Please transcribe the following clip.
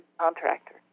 contractor